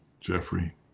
Jeffrey